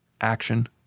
action